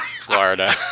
Florida